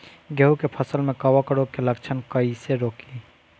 गेहूं के फसल में कवक रोग के लक्षण कईसे रोकी?